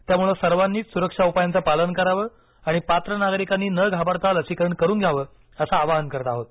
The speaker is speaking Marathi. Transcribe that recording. त्यामुळे सर्वांनीच सुरक्षा उपायांचं पालन करावं आणि पात्र नागरिकांनी न घाबरता लसीकरण करून घ्यावं असं आवाहन करत आहोत